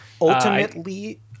Ultimately